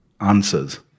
answers